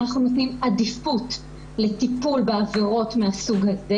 אנחנו נותנים עדיפות לטיפול בעבירות מהסוג הזה.